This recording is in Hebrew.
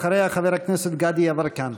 אחריה, חבר הכנסת גדי יברקן.